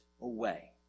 away